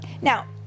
Now